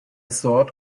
sort